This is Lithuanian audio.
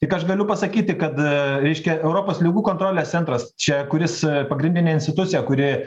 tik aš galiu pasakyti kad reiškia europos ligų kontrolės centras čia kuris pagrindinė institucija kuri